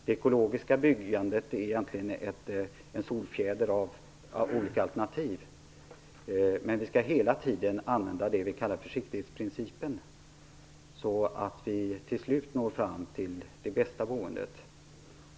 Det ekologiska byggandet är egentligen en solfjäder av olika alternativ. Men vi skall hela tiden använda det vi kallar försiktighetsprincipen, så att vi till slut når fram till det bästa boendet.